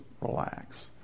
relax